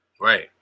Right